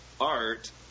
art